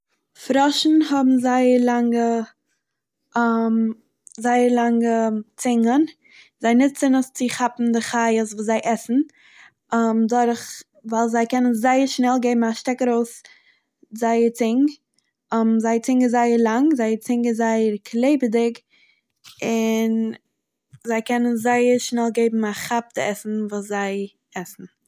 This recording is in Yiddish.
פראשן האבן זייער לאנגע זייער לאנגע צונגען, זיי נוצן עס צו כאפן די חיות וואס זיי עסן דורך, ווייל זיי קענען זייער שנעל געבן א שטעק ארויס זייער צונג זייער צונג איז זייער לאנג, זייער צונג איז זייער קלעבעדיג און זיי קענען זייער שנעל געבן א כאפ די עסן וואס זיי עסן.